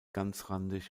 ganzrandig